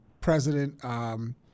President